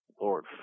Lord